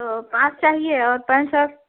तो पाँच चाहिए और पैंट शर्ट